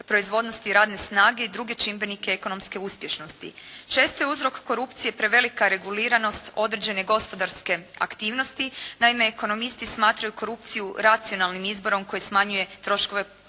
proizvodnosti radne snage i druge čimbenike ekonomske uspješnosti. Česti uzrok korupcije je prevelika reguliranost određene gospodarske aktivnosti, naime ekonomisti smatraju korupciju racionalnim izborom koji smanjuje troškove